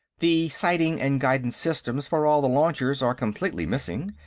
the sighting-and-guidance systems for all the launchers are completely missing.